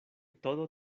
todo